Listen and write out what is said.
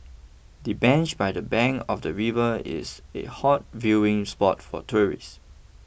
the bench by the bank of the river is a hot viewing spot for tourists